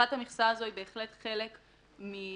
פתיחת המכסה הזו היא בהחלט חלק מהלקחים